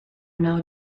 now